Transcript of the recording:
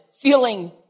feeling